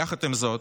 יחד עם זאת,